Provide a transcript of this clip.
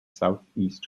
southeast